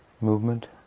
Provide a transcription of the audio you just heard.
movement